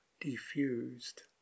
diffused